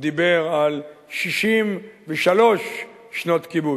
דיבר על 63 שנות כיבוש.